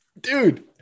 Dude